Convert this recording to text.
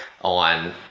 on